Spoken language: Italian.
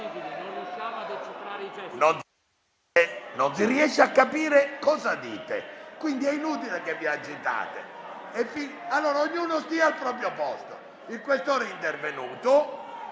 Non si riesce a capire cosa dite e, quindi, è inutile che vi agitiate. Ognuno stia al proprio posto. Il Senatore Questore è intervenuto.